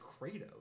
Kratos